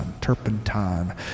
turpentine